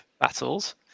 battles